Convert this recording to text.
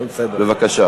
בבקשה.